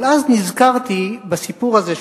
אבל אז נזכרתי בסיפור הזה,